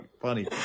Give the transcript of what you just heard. funny